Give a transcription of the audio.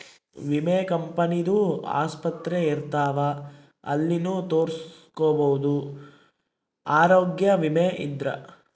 ವಿಮೆ ಕಂಪನಿ ದು ಆಸ್ಪತ್ರೆ ಇರ್ತಾವ ಅಲ್ಲಿನು ತೊರಸ್ಕೊಬೋದು ಆರೋಗ್ಯ ವಿಮೆ ಇದ್ರ